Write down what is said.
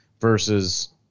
versus